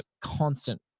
constant